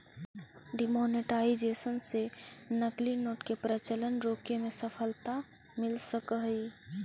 demonetisation से नकली note के प्रचलन रोके में सफलता मिल सकऽ हई